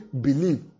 believe